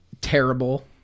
terrible